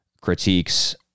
critiques